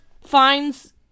finds